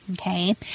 Okay